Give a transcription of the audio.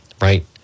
right